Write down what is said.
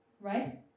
right